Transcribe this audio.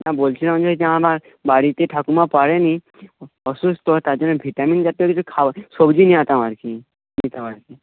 হ্যাঁ বলছিলাম যে এই যে আমার বাড়িতে ঠাকুমা পারেনি অসুস্থ তার জন্য ভিটামিন জাতীয় কিছু খাবার সবজি নিয়ে যেতাম আর কি নিতাম আর কি